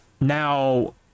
Now